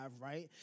right